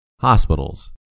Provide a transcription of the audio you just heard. hospitals